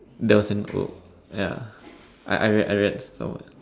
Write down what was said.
there was an ya I I read I read so much